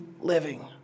living